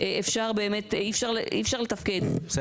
אי אפשר לתפקד ככה.